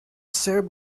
syrup